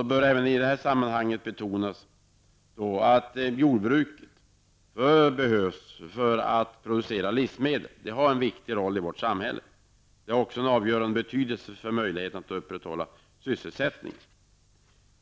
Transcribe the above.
Det bör även i det här sammanhanget betonas att jordbruket, förutom att producera livsmedel, har en viktig roll i vårt samhälle. Det har också avgörande betydelse för möjligheterna att upprätthålla sysselsättningen.